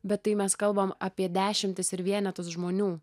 bet tai mes kalbam apie dešimtis ir vienetus žmonių